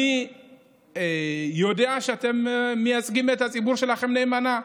אני יודע שאתם מייצגים את הציבור שלכם נאמנה.